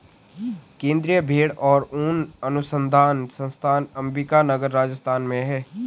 केन्द्रीय भेंड़ और ऊन अनुसंधान संस्थान अम्बिका नगर, राजस्थान में है